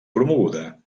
promoguda